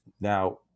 Now